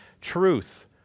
truth